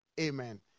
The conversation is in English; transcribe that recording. Amen